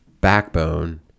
backbone